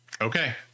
Okay